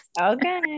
okay